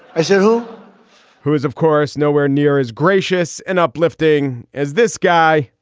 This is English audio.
i said who who is, of course, nowhere near as gracious and uplifting as this guy,